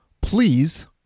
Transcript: please